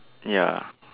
ya